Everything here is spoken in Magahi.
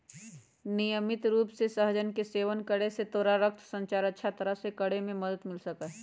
नियमित रूप से सहजन के सेवन करे से तोरा रक्त संचार अच्छा तरह से करे में मदद मिल सका हई